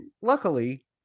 luckily